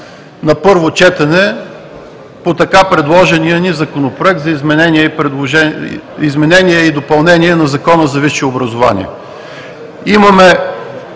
на първо четене по така предложения ни Законопроект за изменение и допълнение на Закона за висшето образование.